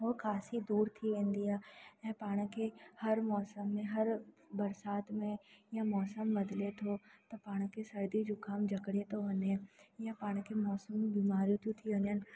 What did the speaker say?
उहो खांसी दूरि थी वेंदी आहे ऐं पाण खे हर मौसम में बरसाति में या मौसम बदिले थो त पाण खे सर्दी ज़ुकामु जकड़े थो वञे या पाण खे मौसम में बीमारियूं थियूं थी वञनि